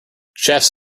chess